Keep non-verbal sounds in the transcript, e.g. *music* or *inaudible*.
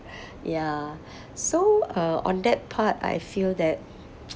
*breath* ya *breath* so uh on that part I feel that